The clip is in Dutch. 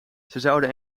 zouden